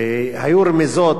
היו רמיזות,